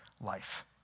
life